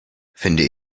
finde